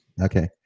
Okay